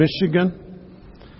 Michigan